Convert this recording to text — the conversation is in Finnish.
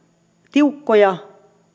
tiukkoja